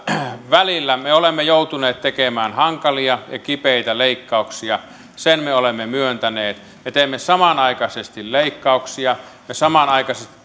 välillä me olemme joutuneet tekemään hankalia ja kipeitä leikkauksia sen me olemme myöntäneet me teemme samanaikaisesti leikkauksia ja samanaikaisesti